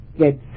get